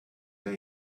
der